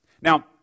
Now